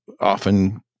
often